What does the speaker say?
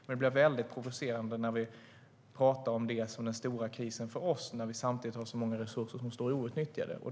Men det blir mycket provocerande när vi talar om det som den stora krisen för oss när vi samtidigt har så många resurser som står outnyttjade.